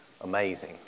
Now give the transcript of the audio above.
amazing